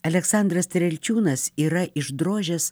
aleksandras strielčiūnas yra išdrožęs